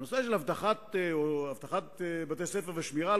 הנושא של אבטחת בתי-ספר ושמירה על